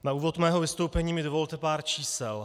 Na úvod mého vystoupení mi dovolte pár čísel.